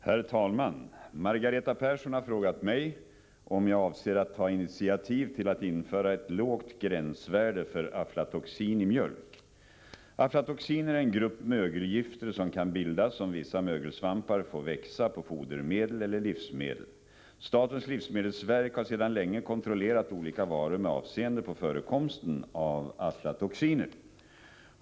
Herr talman! Margareta Persson har frågat mig om jag avser att ta initiativ till att införa ett lågt gränsvärde för aflatoxin i mjölk. Aflatoxiner är en grupp mögelgifter som kan bildas om vissa mögelsvampar får växa på fodermedel eller livsmedel. Statens livsmedelsverk har sedan länge kontrollerat olika varor med avseende på förekomsten av aflatoxiner.